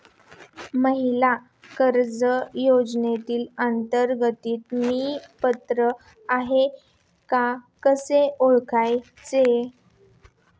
महिला कर्ज योजनेअंतर्गत मी पात्र आहे का कसे ओळखायचे?